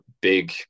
big